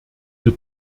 wir